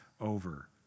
over